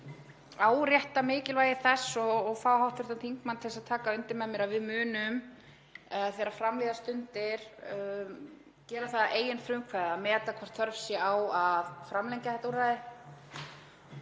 árétta mikilvægi þess og fá hv. þingmann til að taka undir með mér að við munum þegar fram líða stundir gera það að eigin frumkvæði að meta hvort þörf sé á að framlengja þetta úrræði